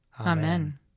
Amen